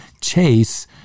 chase